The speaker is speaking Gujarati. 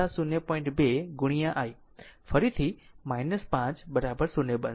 2 ગુણ્યા i ફરીથી 5 0 બનશે